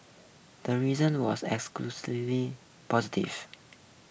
the reason was positive